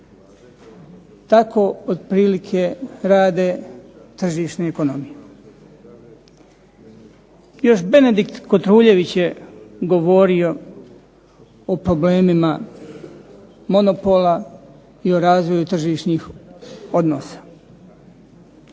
Tako otprilike rade tržišne ekonomije. Još Benedikt Kotruljević je govorio o problemima monopola, i o razvoju tržišnih odnosa.